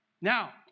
Now